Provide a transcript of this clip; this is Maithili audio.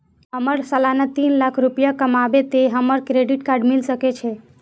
हमर सालाना तीन लाख रुपए कमाबे ते हमरा क्रेडिट कार्ड मिल सके छे?